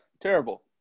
Terrible